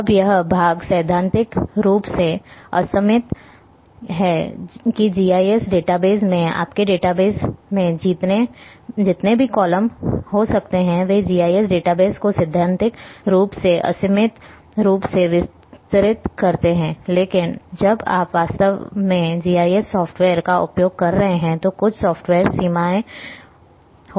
अब यह भाग सैद्धांतिक रूप से असीमित है कि जीआईएस डेटाबेस में आपके डेटाबेस में जितने भी कॉलम हो सकते हैं वे जीआईएस डेटाबेस को सैद्धांतिक रूप से असीमित रूप से विस्तारित करते हैं लेकिन जब आप वास्तव में जीआईएस सॉफ्टवेयर का उपयोग कर रहे हैं तो कुछ सॉफ्टवेयर सीमाएं हो सकती हैं